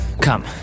come